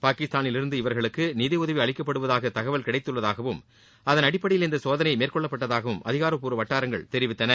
பாகிஸ்தானில் இருந்து இவர்களுக்கு நிதியுதவி அளிக்கப்படுவதாக தகவல் கிடைத்துள்ளதாகவும் அதன் அடிப்படையில் இந்த சோதனை மேற்கொள்ளப்பட்டதாகவும் அதிகாரபூர்வ வட்டாரங்கள் தெரிவித்தன